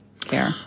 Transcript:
care